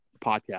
podcast